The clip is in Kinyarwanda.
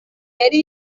yari